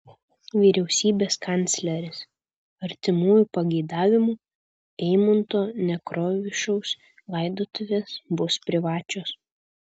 vyriausybės kancleris artimųjų pageidavimu eimunto nekrošiaus laidotuvės bus privačios